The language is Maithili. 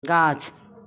गाछ